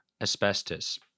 asbestos